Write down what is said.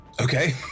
okay